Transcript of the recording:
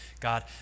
God